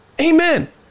Amen